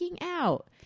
out